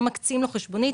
לא מקצים לו חשבונית,